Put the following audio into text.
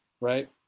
right